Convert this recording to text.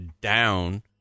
down